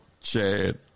Chad